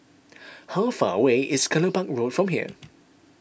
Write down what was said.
how far away is Kelopak Road from here